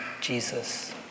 Jesus